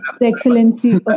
excellency